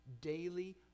daily